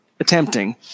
Attempting